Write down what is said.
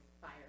fire